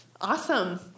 Awesome